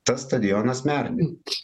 tas stadionas merdi